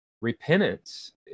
Repentance